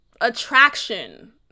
attraction